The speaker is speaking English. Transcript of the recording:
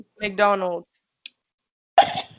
McDonald's